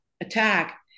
attack